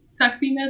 sexiness